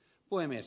puhemies